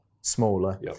smaller